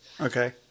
Okay